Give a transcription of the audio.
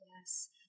Yes